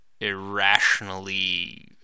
irrationally